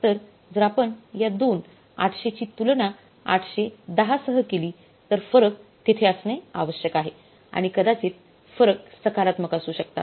तर जर आपण या दोन 800 ची तुलना 810 सह केली तर फरक तेथे असणे आवश्यक आहे आणि कदाचित फरक सकारात्मक असू शकतात